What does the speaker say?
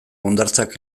hondartzak